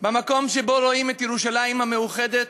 במקום שבו רואים את ירושלים המאוחדת,